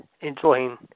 enjoying